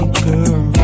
girl